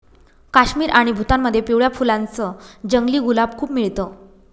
काश्मीर आणि भूतानमध्ये पिवळ्या फुलांच जंगली गुलाब खूप मिळत